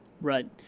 right